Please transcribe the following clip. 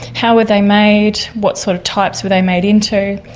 how were they made, what sort of types were they made into,